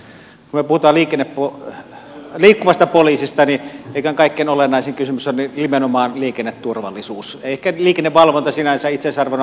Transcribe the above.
kun me puhumme liikkuvasta poliisista niin eiköhän kaikkein olennaisin kysymys ole nimenomaan liikenneturvallisuus ei ehkä liikennevalvonta sinänsä itseisarvona vaan liikenneturvallisuus